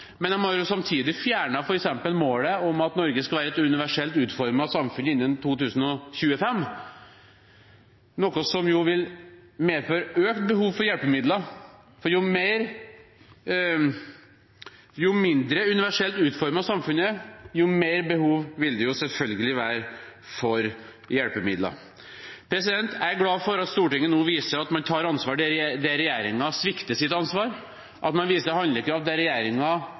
samtidig fjernet f.eks. målet om at Norge skal være et universelt utformet samfunn innen 2025, noe som jo vil medføre økt behov for hjelpemidler. Jo mindre universelt utformet samfunnet er, jo mer behov vil det selvfølgelig være for hjelpemidler. Jeg er glad for at Stortinget nå viser at man tar ansvar der regjeringen svikter sitt ansvar, at man viser handlekraft der